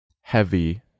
heavy